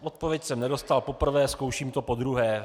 Odpověď jsem nedostal poprvé, zkouším to podruhé.